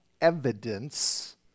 evidence